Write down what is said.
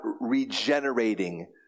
regenerating